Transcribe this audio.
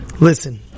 Listen